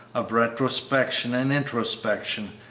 of retrospection and introspection,